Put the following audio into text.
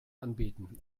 anbieten